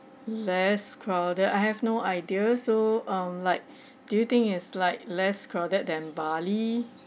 less crowded I have no idea so um like do you think is like less crowded than bali